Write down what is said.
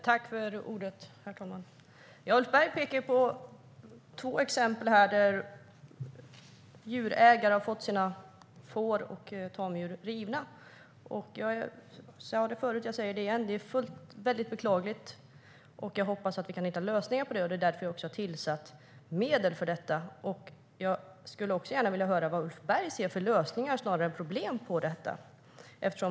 Herr talman! Ulf Berg pekar på två exempel där djurägare har fått sina får och tamdjur rivna. Jag har sagt det förut, och jag säger det igen: Det är beklagligt, och jag hoppas att vi kan hitta lösningar. Det är därför det har tillsatts medel. Jag skulle vilja höra vilka lösningar snarare än problem Ulf Berg ser.